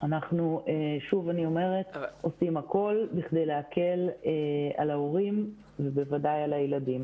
אנחנו עושים הכול כדי להקל על ההורים ובוודאי על הילדים.